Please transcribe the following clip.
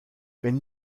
wenn